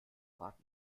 fahrt